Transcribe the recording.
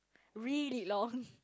really long